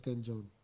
John